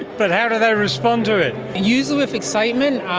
but how do they respond to it? usually with excitement, um